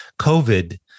COVID